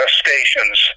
stations